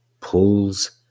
pulls